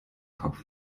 kopf